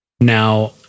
Now